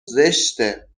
زشته